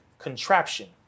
contraption